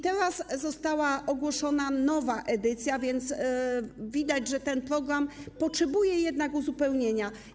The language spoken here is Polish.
Teraz została ogłoszona nowa edycja, widać więc, że ten program potrzebuje jednak uzupełnienia.